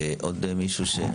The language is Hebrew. עוד מישהו?